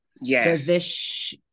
Yes